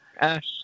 Ash